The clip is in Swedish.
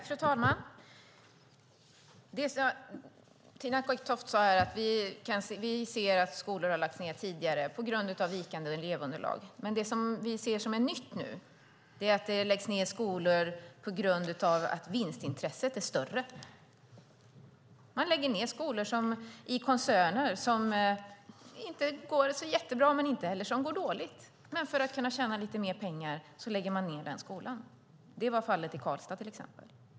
Fru talman! Tina Acketoft sade att vi ser att skolor har lagts ned tidigare, på grund vikande elevunderlag. Det vi ser som är nytt nu är dock att skolor läggs ned på grund av att vinstintresset är större. Man lägger ned skolor i koncerner som inte går så jättebra men som inte heller går dåligt. För att kunna tjäna lite mer pengar lägger man ned skolan. Det var fallet i Karlstad, till exempel.